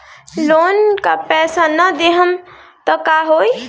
Loan का पैस न देहम त का होई?